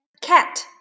cat